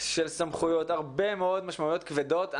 של סמכויות, הרבה מאוד משמעויות כבדות.